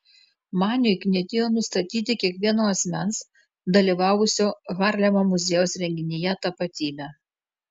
maniui knietėjo nustatyti kiekvieno asmens dalyvavusio harlemo muziejaus renginyje tapatybę